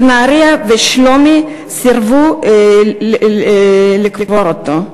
בנהרייה ובשלומי סירבו לקבור אותו.